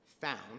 found